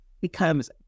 becomes